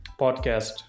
podcast